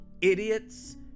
idiots